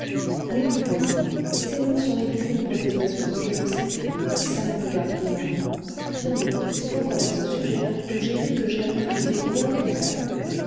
oui mon voisin ces noms sont ridicules pour des oiseaux je le sais mais ça ne regarde que moi tenez c'est encore à ce sujet là que j'ai vu que germain avait bien bon coeur